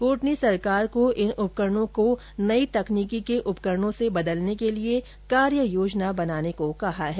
court ने सरकार को इन उपकरणों को नई तकनीकी के उपकरणों से बदलने के लिए एक कार्य योजना बनाने को भी कहा है